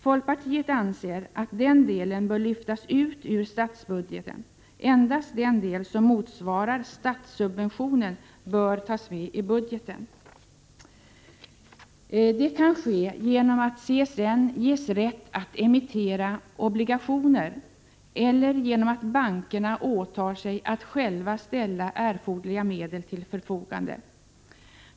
Folkpartiet anser, att den delen bör lyftas ut ur statsbudgeten. Endast den del som motsvarar statssubventionen bör tas med i budgeten. Det kan ske genom att CSN ges rätt att emittera obligationer eller genom att bankerna åtar sig att själva ställa erforderliga medel till förfogande.